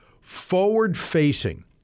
forward-facing